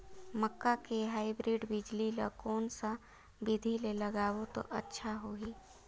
मक्का के हाईब्रिड बिजली ल कोन सा बिधी ले लगाबो त अच्छा होहि?